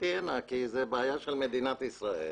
באתי לכאן כי זאת בעיה של מדינת ישראל